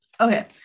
Okay